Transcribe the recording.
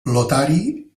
lotari